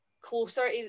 closer